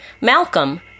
Malcolm